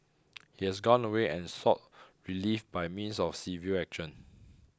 he has gone away and sought relief by means of civil action